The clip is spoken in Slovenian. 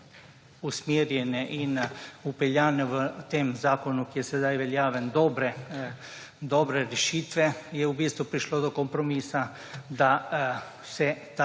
in vpeljane v tem zakonu, ki je sedaj veljaven, dobre rešitve, je v bistvu prišlo do kompromisa, da se to